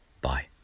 Bye